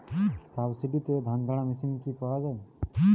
সাবসিডিতে ধানঝাড়া মেশিন কি পাওয়া য়ায়?